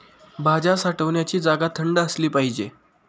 भाज्या साठवण्याची जागा थंड असली पाहिजे